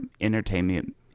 entertainment